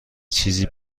چیزی